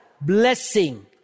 blessing